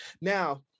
Now